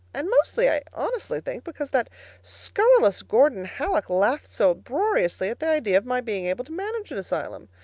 and mostly, i honestly think, because that scurrilous gordon hallock laughed so uproariously at the idea of my being able to manage an asylum.